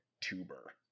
tuber